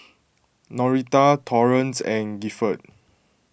Norita Torrance and Gifford